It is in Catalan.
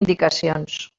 indicacions